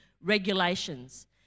regulations